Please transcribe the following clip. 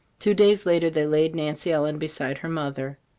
two days later they laid nancy ellen beside her mother.